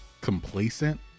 complacent